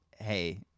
hey